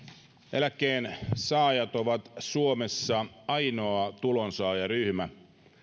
eläkkeensaajat ovat suomessa ainoa tulonsaajaryhmä